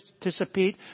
participate